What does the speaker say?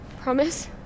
Promise